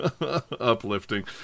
uplifting